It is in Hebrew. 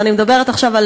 ואני מדברת עכשיו על